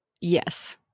Yes